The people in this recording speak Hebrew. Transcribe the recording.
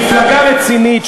ממפלגה רצינית,